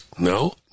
No